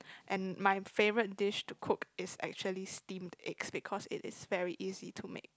and my favourite dish to cook is actually steamed egg because it is very easy to make